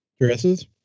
dresses